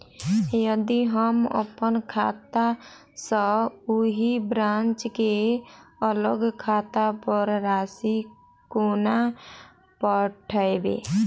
यदि हम अप्पन खाता सँ ओही ब्रांच केँ अलग खाता पर राशि कोना पठेबै?